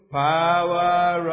power